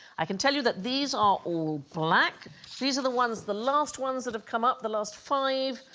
i can tell you that these are all black these are the ones the last ones that have come up the last five